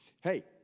Hey